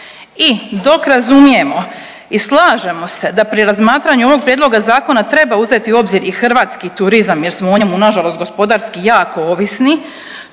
I dok razumijemo i slažemo se da pri razmatranju ovog prijedloga zakona treba uzeti u obzir i hrvatski turizam jer smo o njemu nažalost gospodarski jako ovisni